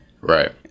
Right